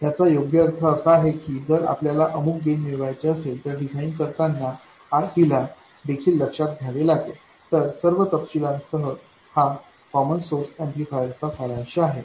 याचा योग्य अर्थ आहे आहे की जर आपल्याला अमुक गेन मिळवायचे असेल तर डिझाइन करतानाRDला देखील लक्षात घ्यावे लागेल तर सर्व तपशीलांसह हा कॉमन सोर्स ऍम्प्लिफायर चा सारांश आहे